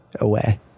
away